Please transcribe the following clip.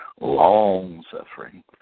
long-suffering